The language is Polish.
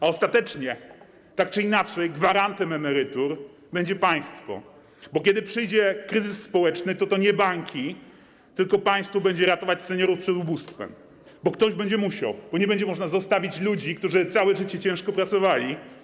A ostatecznie, tak czy inaczej, gwarantem emerytur będzie państwo, bo kiedy przyjdzie kryzys społeczny, to nie banki, tylko państwo będzie ratować seniorów przed ubóstwem, bo ktoś będzie musiał, bo nie będzie można zostawić ludzi, którzy całe życie ciężko pracowali.